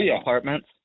apartments